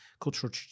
cultural